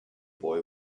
boy